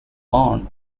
born